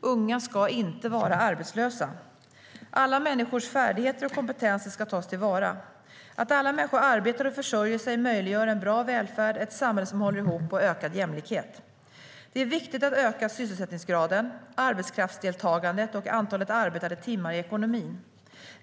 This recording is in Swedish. Unga ska inte vara arbetslösa. Alla människors färdigheter och kompetenser ska tas till vara. Att alla människor arbetar och försörjer sig möjliggör en bra välfärd, ett samhälle som håller ihop och ökad jämlikhet. Det är viktigt att öka sysselsättningsgraden, arbetskraftsdeltagandet och antalet arbetade timmar i ekonomin.